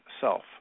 self